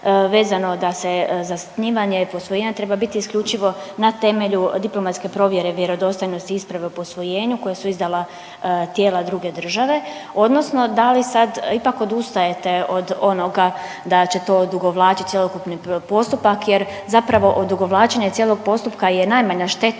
vezano da se zasnivanje posvojenja treba biti isključivo na temelju diplomatske provjere vjerodostojnosti isprave o posvojenju koje su izdala tijela druge države odnosno da li sad ipak odustajete od onoga da će to odugovlačit cjelokupni postupak jer zapravo odugovlačenje cijelog postupka je najmanja šteta